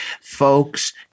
Folks